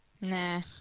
Nah